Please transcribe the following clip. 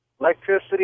electricity